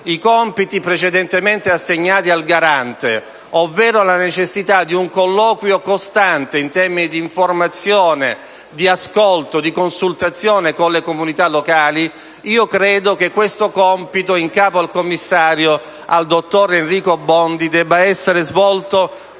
i compiti precedentemente assegnati al Garante per l'AIA, si adoperino perché ci sia un colloquio costante in termini di informazione, di ascolto, di consultazione con le comunità locali. Penso che questo compito, attribuito al commissario, dottor Enrico Bondi, debba essere svolto